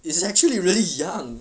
he's actually really young